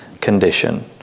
condition